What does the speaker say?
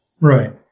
Right